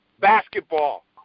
basketball